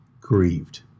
grieved